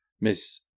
Miss